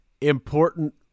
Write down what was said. important